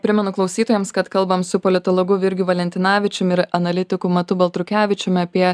primenu klausytojams kad kalbam su politologu virgiu valentinavičium ir analitiku matu baltrukevičium apie